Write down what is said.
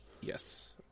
Yes